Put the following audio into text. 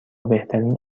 بهترین